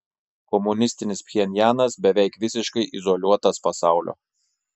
komunistinis pchenjanas beveik visiškai izoliuotas pasaulio